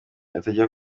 atajya